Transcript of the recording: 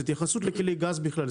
זאת התייחסות לכלי גז בכלל,